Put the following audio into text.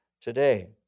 today